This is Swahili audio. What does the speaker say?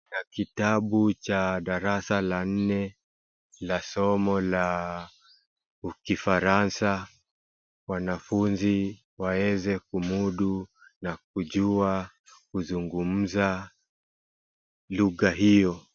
Kitabu cha darasa la nne la somo la Kifaransa. Wanafunzi waweze kumudu na kujua kuzungumza lugha hiyo.